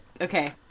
Okay